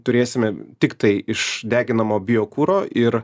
turėsime tiktai iš deginamo biokuro ir